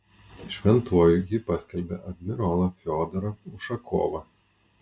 šventuoju ji paskelbė admirolą fiodorą ušakovą